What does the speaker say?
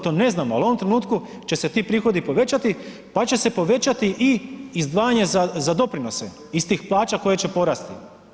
To ne znamo, ali u ovom trenutku će se ti prihodi povećati pa će se povećati i izdvajanje za doprinose iz tih plaća koje će porast.